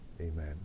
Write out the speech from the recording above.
amen